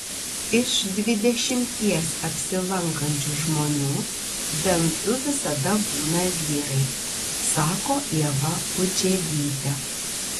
iš dvidešimties apsilankančių žmonių bent du visada būna vyrai sako ieva pudževytė